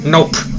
Nope